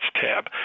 tab